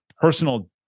personal